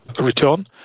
return